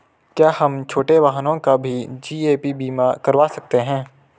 क्या हम छोटे वाहनों का भी जी.ए.पी बीमा करवा सकते हैं?